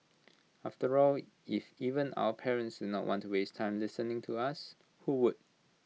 after all if even our parents do not want to waste time listening to us who would